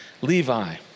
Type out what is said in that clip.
Levi